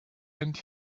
and